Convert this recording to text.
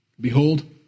Behold